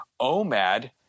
OMAD